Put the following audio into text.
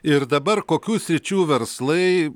ir dabar kokių sričių verslai